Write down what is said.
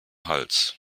hals